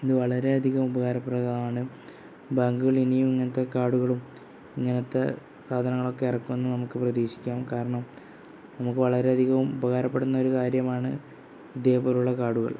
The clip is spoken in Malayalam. ഇത് വളരെ അധികം ഉപകാരപ്രദമാണ് ബാങ്കുകൾ ഇനിയും ഇങ്ങനത്തെ കാര്ഡുകളും ഇങ്ങനത്തെ സാധനങ്ങളൊക്കെ ഇറക്കുക എന്ന് നമുക്ക് പ്രതീക്ഷിക്കാം കാരണം നമുക്ക് വളരെ അധികം ഉപകാരപ്പെടുന്ന ഒരു കാര്യമാണ് ഇതേപോലെയുള്ള കാര്ഡുകൾ